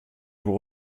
vous